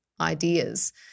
ideas